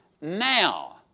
now